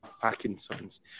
Parkinson's